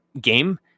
game